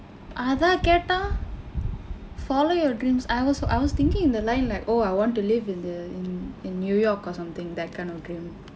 அதா கேட்டான்:athaa keetdaan follow your dreams I was I was thinking in the line like oh I want to live in the in in new york or something that kind of dreams